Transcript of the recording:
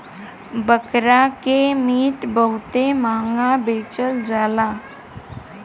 बकरा के मीट बहुते महंगा बेचल जाला